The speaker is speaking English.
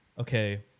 Okay